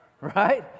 Right